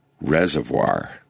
Reservoir